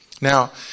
Now